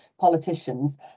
politicians